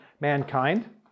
mankind